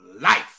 life